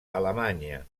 alemanya